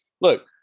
look